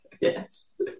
Yes